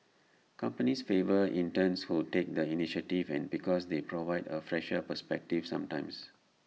companies favour interns who take the initiative and because they provide A fresher perspective sometimes